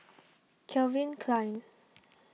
Calvin Klein